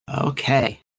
Okay